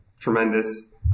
tremendous